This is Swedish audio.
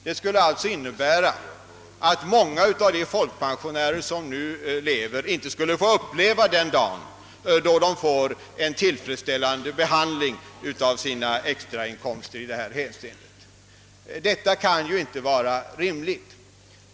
Det skulle alltså innebära att många av de folkpensionärer som lever nu inte skulle få uppleva den dag då de får en tillfredsställande behandling av sina extrainkomster. Detta kan inte vara rimligt.